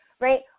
right